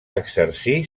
exercir